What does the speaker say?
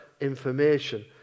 information